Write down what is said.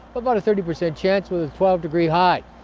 but about a thirty percent chance with a twelve degree high.